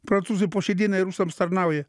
prancūzai po šiai dienai rusams tarnauja